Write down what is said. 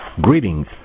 Greetings